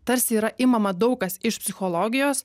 tarsi yra imama daug kas iš psichologijos